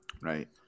right